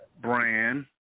brand